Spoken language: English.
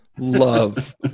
love